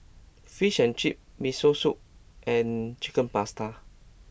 Fish and Chips Miso Soup and Chicken Pasta